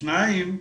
שניים,